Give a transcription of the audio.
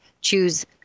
choose